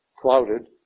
clouded